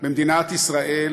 במדינת ישראל